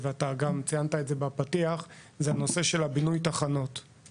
וציינת את זה גם בפתיח - זה הנושא של בינוי תחנות.